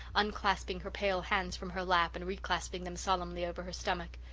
unclasping her pale hands from her lap and reclasping them solemnly over her stomach.